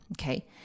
Okay